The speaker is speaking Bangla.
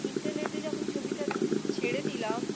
ইন্টারনেটে যখন ছবিটা ছেড়ে দিলাম